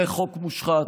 זה חוק מושחת,